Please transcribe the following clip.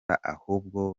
ahubwo